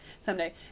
someday